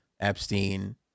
Epstein